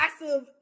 massive